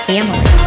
Family